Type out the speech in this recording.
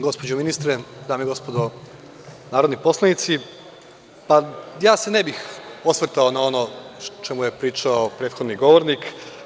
Gospođo ministre, dame i gospodo narodni poslanici, ne bih se osvrtao na ono o čemu je pričao prethodni govornik.